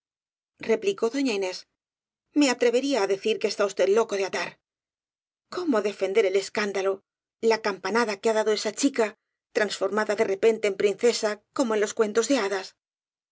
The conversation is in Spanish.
replicó doña inés me atrevería á decir que está usted loco de atar cómo defender el escándalo la campanada que ha dado esa chica transformada de repente en princesa como en los cuentos de hadas